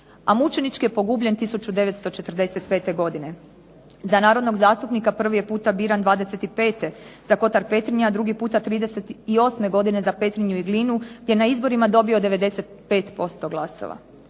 A mučenički je pogubljen 1945. godine. Za narodnog zastupnika prvi puta je bio biran '25. za kotar Petrinja, a drugi puta '38. godine za Petrinju i Glinu, te na izborima dobio 95% glasova.